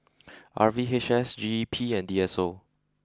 R V H S G E P and D S O